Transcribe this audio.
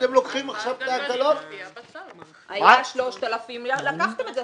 היה 3,000 ולקחתם את זה.